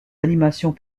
animations